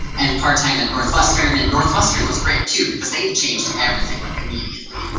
and part time at northwestern and northwestern was great too because they changed everything like immediately.